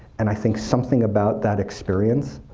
and i think something about that experience